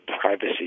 privacy